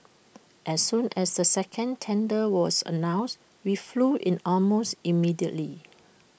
as soon as the second tender was announced we flew in almost immediately